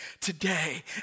today